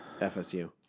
FSU